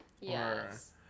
Yes